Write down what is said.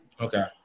okay